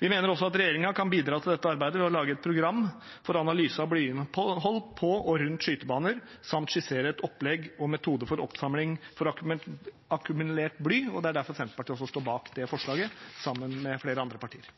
Vi mener også at regjeringen kan bidra til dette arbeidet ved å lage et program for analyse av blyinnhold på og rundt skytebaner samt skissere et opplegg og metode for oppsamling for akkumulert bly. Det er derfor Senterpartiet også står bak det forslaget sammen med flere andre partier.